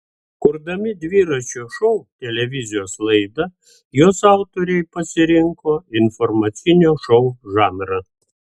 kurdami dviračio šou televizijos laidą jos autoriai pasirinko informacinio šou žanrą